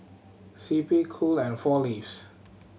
C P Cool and Four Leaves